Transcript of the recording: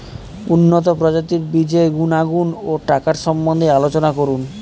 উন্নত প্রজাতির বীজের গুণাগুণ ও টাকার সম্বন্ধে আলোচনা করুন